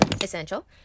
Essential